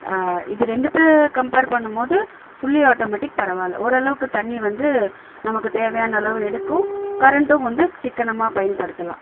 இது ரெண்டுத்த கம்பேர் பண்ணும்போது ஃபுல்லி ஆட்டோமேட்டிக் பரவாயில்ல ஓரளவுக்கும் தண்ணி வந்து நமக்கு தேவையானஅளவு எடுக்கும் கரண்டும் வந்து சிக்கனமாக பயன்படுத்தலாம்